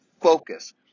focus